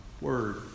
word